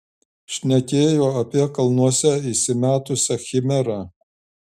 šnekėjo apie kalnuose įsimetusią chimerą